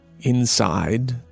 Inside